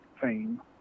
fame